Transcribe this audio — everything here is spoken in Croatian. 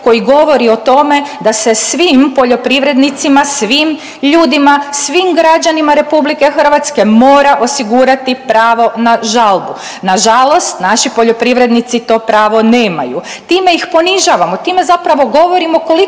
koji govori o tome da se svim poljoprivrednicima, svim ljudima, svim građanima RH mora osigurati pravo na žalbu. Nažalost, naši poljoprivrednici to pravo nemaju. Time ih ponižavamo, time zapravo govorimo koliko